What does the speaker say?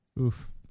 Oof